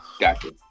Gotcha